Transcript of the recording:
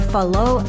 Follow